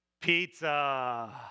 Pizza